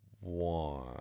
one